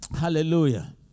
hallelujah